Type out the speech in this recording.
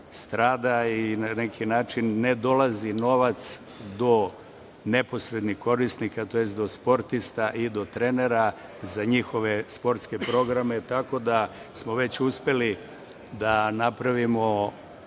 i na neki način ne dolazi novac do neposrednih korisnika tj. do sportista i do trenera za njihove sportske programe, tako da smo već uspeli da napravimo